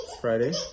Friday